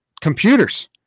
computers